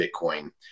Bitcoin